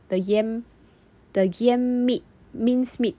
the yam the yam meat minced meat